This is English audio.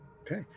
okay